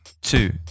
two